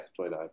29